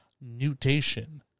mutation